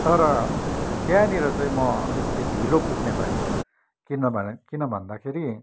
तर त्यहाँनिर चाहिँ म अलिकति ढिलो पुग्ने भएँ किनभने किन भन्दाखेरि